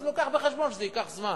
אז הוא מביא בחשבון שזה ייקח זמן,